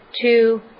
two